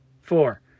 four